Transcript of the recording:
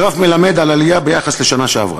הגרף מלמד על עלייה ביחס לשנה שעברה.